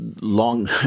long